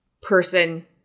person